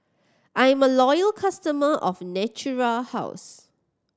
I'm a loyal customer of Natura House